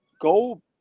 go